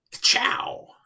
Ciao